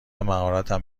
مهارتم